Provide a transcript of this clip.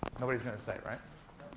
nobody's going to say it, right?